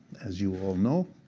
as you all know.